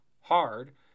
hard